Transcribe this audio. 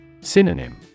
Synonym